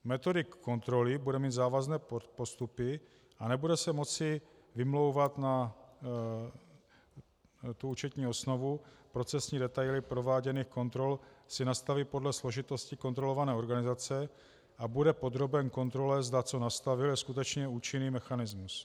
Metodik kontroly bude mít závazné postupy a nebude se moci vymlouvat na účetní osnovu, procesní detaily prováděných kontrol si nastaví podle složitosti kontrolované organizace a bude podroben kontrole, zda co nastavil, je skutečně účinný mechanismus.